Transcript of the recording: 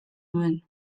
nuen